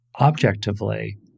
objectively